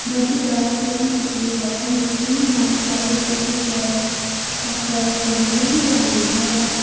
bodyguards लामखुट्टे भगाउने क्रिममा चालिस प्रतिशत अफर फेरि कहिले आउने छ